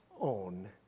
own